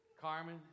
Carmen